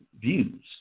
views